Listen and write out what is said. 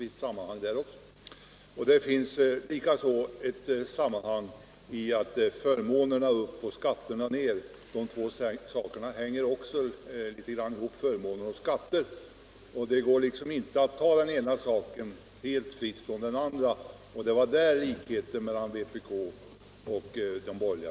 Det finns också ett visst sammanhang när det gäller kravet förmånerna upp och skatterna ner. Skatter och förmåner hänger också ihop, herr Berndtson, och det går därför inte att låta den ena saken vara helt fristående från den andra. Det är där som likheten finns mellan vpk och de borgerliga.